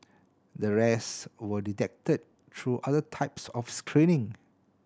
the rest were detected through other types of screening